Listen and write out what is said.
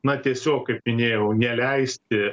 na tiesiog kaip minėjau neleisti